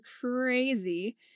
crazy